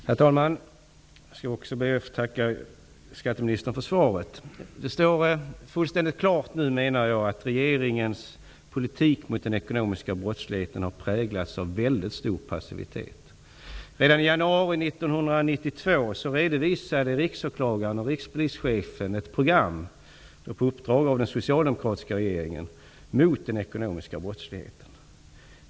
Herr talman! Jag skall också be att få tacka skatteministern för svaret. Det står nu fullständigt klart att regeringens politik mot den ekonomiska brottsligheten har präglats av väldigt stor passivitet. Redan i januari 1992 redovisade riksåklagaren och rikspolischefen, på uppdrag av den socialdemokratiska regeringen, ett program mot den ekonomiska brottsligheten.